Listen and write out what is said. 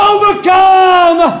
Overcome